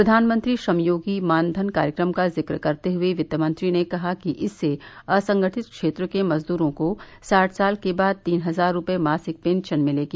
प्रधानमंत्री श्रम योगी मानधन कार्यक्रम का जिक्र करते हुए वित्तमंत्री ने कहा कि इससे असंगठित क्षेत्र के मजदूरों को साठ साल के बाद तीन हजार रुपये मासिक पेंशन मिलेगी